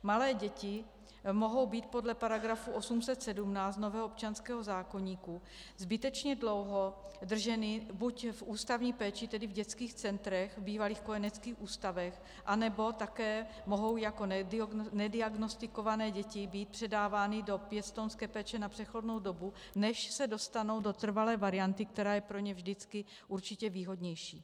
Malé děti mohou být podle § 817 nového občanského zákoníku zbytečně dlouho drženy buď v ústavní péči, tedy v dětských centrech, bývalých kojeneckých ústavech, anebo také mohou jako nediagnostikované děti být předávány do pěstounské péče na přechodnou dobu, než se dostanou do trvalé varianty, která je pro ně vždycky určitě výhodnější.